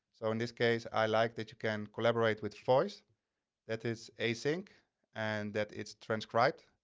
so in this case, i like that you can collaborate with voice that is async and that it's transcribed.